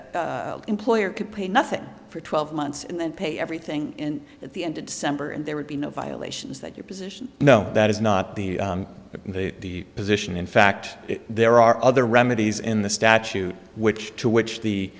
the employer can pay nothing for twelve months and then pay everything in at the end of december and there would be no violations that your position no that is not the position in fact there are other remedies in the statute which to which the